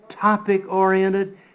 topic-oriented